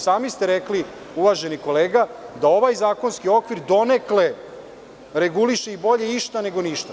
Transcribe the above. Sami ste rekli, uvaženi kolega, da ovaj zakonski okvir donekle reguliše i bolje išta nego ništa.